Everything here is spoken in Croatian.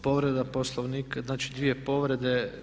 Povreda Poslovnika, znači dvije povrede.